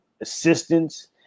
assistance